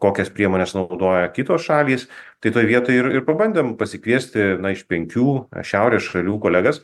kokias priemones naudoja kitos šalys tai toj vietoj ir ir pabandėm pasikviesti na iš penkių šiaurės šalių kolegas